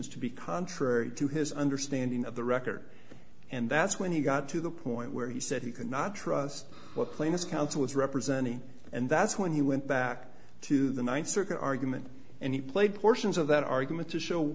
is to be contrary to his understanding of the record and that's when he got to the point where he said he could not trust what plaintiff's counsel was representing and that's when he went back to the ninth circuit argument and he played portions of that argument to show